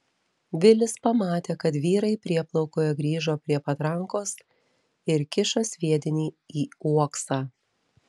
vilis pamatė kad vyrai prieplaukoje grįžo prie patrankos ir kiša sviedinį į uoksą